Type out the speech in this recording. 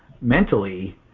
mentally